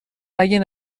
اگه